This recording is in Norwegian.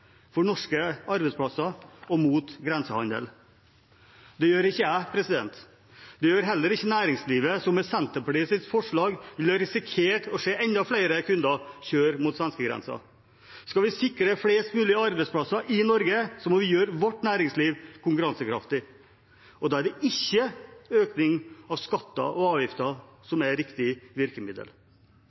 for norske arbeidsplasser og mot grensehandel. Det gjør ikke jeg. Det gjør heller ikke næringslivet, som med Senterpartiets forslag ville risikert å se enda flere kunder kjøre mot svenskegrensen. Skal vi sikre flest mulig arbeidsplasser i Norge, må vi gjøre vårt næringsliv konkurransekraftig. Da er det ikke økning av skatter og avgifter som er riktig virkemiddel.